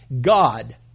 God